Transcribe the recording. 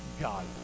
god